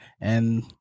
and-